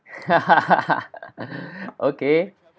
okay